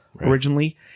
originally